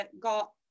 got